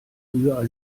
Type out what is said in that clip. rührei